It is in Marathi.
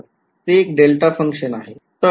ते एक डेल्टा function आहे